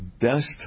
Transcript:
best